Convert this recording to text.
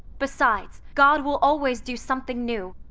besides, god will always do something new,